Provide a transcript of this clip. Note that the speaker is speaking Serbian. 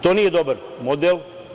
To nije dobar model.